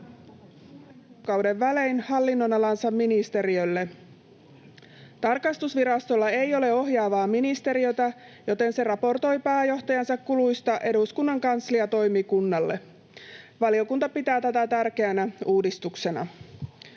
kuukauden välein hallinnonalansa ministeriölle. Tarkastusvirastolla ei ole ohjaavaa ministeriötä, joten se raportoi pääjohtajansa kuluista eduskunnan kansliatoimikunnalle. Valiokunta pitää tätä tärkeänä uudistuksena.